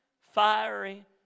fiery